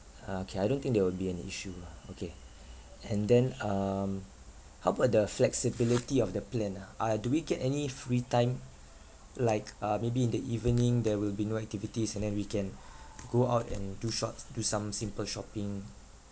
ah okay I don't think that would be an issue ah okay and then um how about the flexibility of the plan ah uh do we get any free time like uh maybe in the evening there will be no activities and then we can go out and do shops do some simple shopping